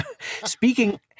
speaking